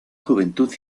juventud